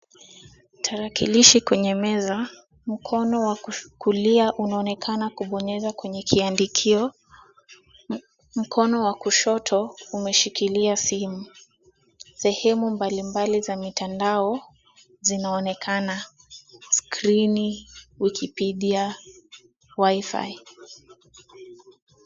Tarakilishi kwenye meza, mkono wa kulia unaonekana kubonyeza kwenye kiandikio. Mkono wa kushoto umeshikilia simu. Sehemu mbalimbali za mitandao zinaonekana: skrini, wikipedi, wifi .